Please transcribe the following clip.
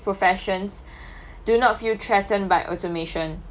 professions do not feel threatened by automation